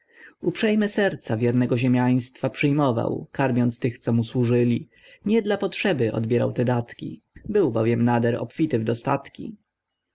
uprzejme serca wiernego ziemiaństwa przyjmował karmiąc tych co mu służyli nie dla potrzeby odbierał te datki był bowiem nader obfity w dostatki